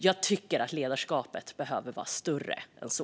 Jag tycker att ledarskapet behöver vara större än så.